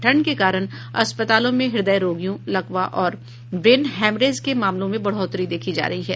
ठंड के कारण अस्पतालों में हृदय रोगियों लकवा और ब्रेन हैमरेज के मामलों में बढ़ोतरी देखी जा रही है